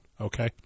okay